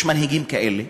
יש מנהיגים כאלה,